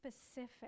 specific